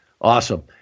Awesome